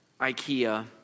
Ikea